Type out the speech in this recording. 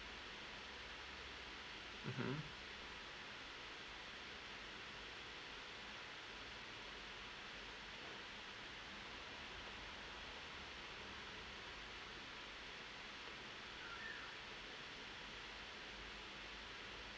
mmhmm